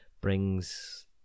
brings